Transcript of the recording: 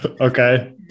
Okay